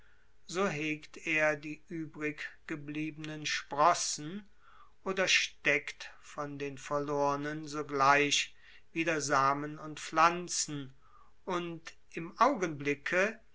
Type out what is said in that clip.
so hegt er die übriggebliebenen sprossen oder steckt von den verlornen sogleich wieder samen und pflanzen und im augenblicke